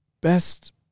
best